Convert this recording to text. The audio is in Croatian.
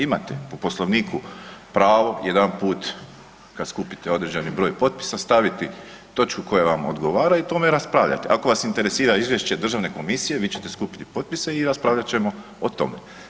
Imate u Poslovniku pravo jedanput kad skupite određeni broj potpisa, staviti točku koja vam odgovara i o tome raspravljati, ako vas interesira izvješće Državne komisije, vi ćete skupiti potpise i raspravljat ćemo o tome.